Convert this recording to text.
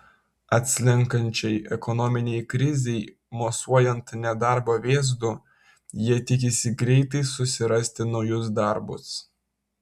atslenkančiai ekonominei krizei mosuojant nedarbo vėzdu jie tikisi greitai susirasti naujus darbus